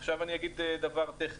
עכשיו אני אגיד דבר טכני.